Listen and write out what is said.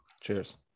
cheers